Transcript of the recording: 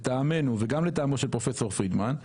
לטעמנו וגם לטעמו של פרופ' פרידמן,